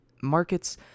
markets